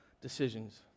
decisions